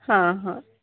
ହଁ ହଁ